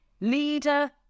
leader